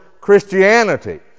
Christianity